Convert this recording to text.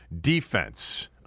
defense